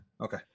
Okay